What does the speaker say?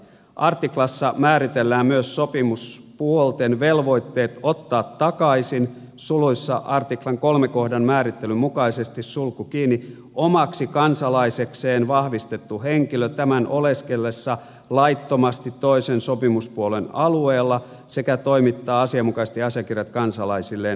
artiklassa määritellään myös sopimuspuolten velvoitteet ottaa takaisin suluissa artikkeli kolikoiden määrittelyn mukaisesti sulku kiri omaksi kansalaisekseen vahvistettu henkilö tämän oleskellessa laittomasti toisen sopimuspuolen alueella sekä toimittaa asianmukaiset asiakirjat kansalaisilleen näissä tapauksissa